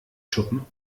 schuppen